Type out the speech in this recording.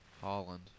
Holland